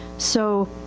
so,